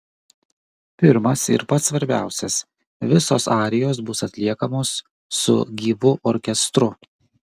pirmas ir pats svarbiausias visos arijos bus atliekamos su gyvu orkestru